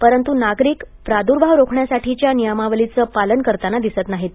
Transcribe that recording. परंतु नागरिक प्रादूर्भाव रोखण्यासाठीच्या नियमावलीचे पालन करताना दिसत नाहीत